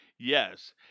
Yes